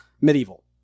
Medieval